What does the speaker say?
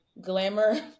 Glamour